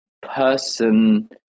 person